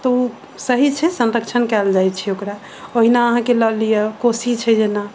तऽ ओ सही छै संरक्षण कयल जाइत छै ओकरा ओहिना अहाँकेँ लऽ लिअ कोशी छै जेना